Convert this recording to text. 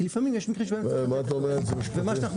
כי לפעמים יש מקרים --- מה אתה אומר --- ומה שאנחנו